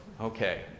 Okay